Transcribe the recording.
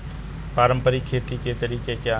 पारंपरिक खेती के तरीके क्या हैं?